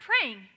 praying